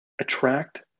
attract